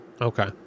Okay